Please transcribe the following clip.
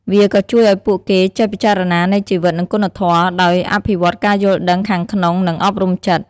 វាក៏ជួយឱ្យពួកគេចេះពិចារណានៃជីវិត និងគុណធម៌ ដោយអភិវឌ្ឍការយល់ដឹងខាងក្នុង និងអប់រំចិត្ត។